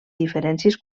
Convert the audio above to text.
diferències